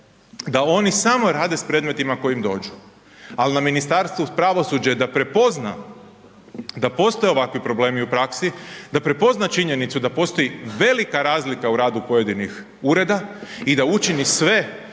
da oni samo rade s predmetima koja im dođu, ali na Ministarstvu pravosuđa je da prepozna da postoje ovakvi problemi u praksi, da prepozna činjenicu da postoji velika razlika u radu pojedinih ureda i da učini sve